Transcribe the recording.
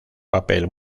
papel